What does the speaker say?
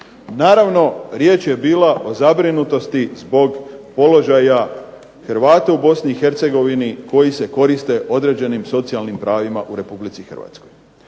Naravno, riječ je bila o zabrinutosti zbog položaja Hrvata u Bosni i Hercegovini koji se koriste određenim socijalnim pravima u Republici Hrvatskoj.